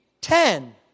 ten